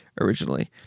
originally